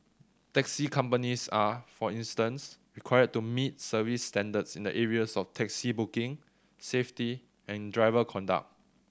taxi companies are for instance required to meet service standards in the areas of taxi booking safety and driver conduct